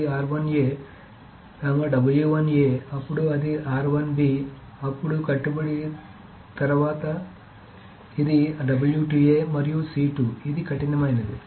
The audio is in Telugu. ఇది అప్పుడు అది అప్పుడు కట్టుబడి మరియు తరువాత ఇది మరియు ఇది కఠినమైనది